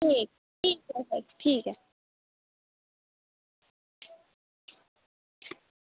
ठीक ऐ ठीक ठीक ऐ